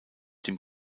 dem